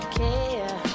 care